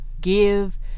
give